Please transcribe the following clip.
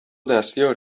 دستیار